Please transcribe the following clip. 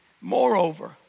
Moreover